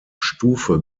stufe